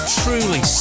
truly